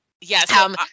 Yes